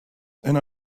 and